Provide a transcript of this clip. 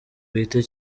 bwite